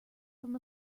from